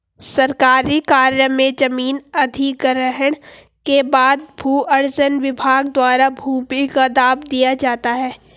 सरकारी कार्य में जमीन अधिग्रहण के बाद भू अर्जन विभाग द्वारा भूमि का दाम दिया जाता है